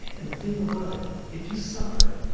and the thing about it if you suffer,